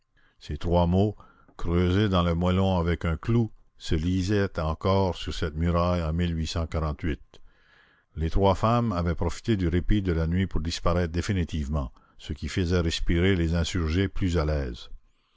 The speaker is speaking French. ces trois mots creusés dans le moellon avec un clou se lisaient encore sur cette muraille en les trois femmes avaient profité du répit de la nuit pour disparaître définitivement ce qui faisait respirer les insurgés plus à l'aise